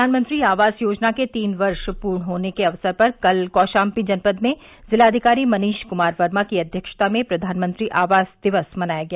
प्रधानमंत्री आवास योजना के तीन वर्ष पूर्ण होने के अवसर पर कल कौशाम्वी जनपद में जिलाधिकारी मनीश कुमार वर्मा की अध्यक्षता में प्रधानमंत्री आवास दिवस मनाया गया